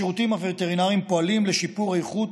השירותים הווטרינריים פועלים לשיפור איכות